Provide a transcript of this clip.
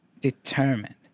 determined